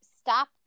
stop